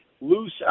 loose